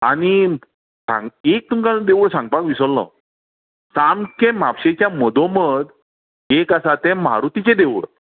आनी हांगां एक तुमका देवूळ सांगपाक विसरलो सामके म्हापशेच्यां मदो मद एक आसा तें मारूतीचें देवूळ